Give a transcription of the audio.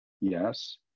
Yes